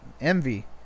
envy